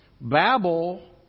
Babel